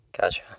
Gotcha